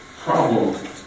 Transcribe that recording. problem